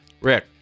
Rick